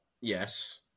Yes